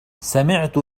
سمعت